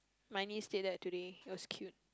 my niece did that today it was cute